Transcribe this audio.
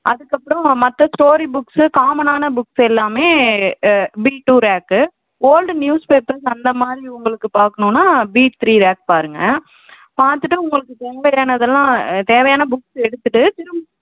அதுக்கப்புறம் மற்ற story books காமனான புக்ஸ் எல்லாமே B two rack old newspapers அந்தமாதிரி உங்களுக்கு பார்க்கணுன்னா பி த்ரீ ரேக் பாருங்கள் பார்த்துட்டு உங்களுக்கு தேவையானதெல்லாம் தேவையான புக்ஸ் எடுத்துகிட்டு திரும்ப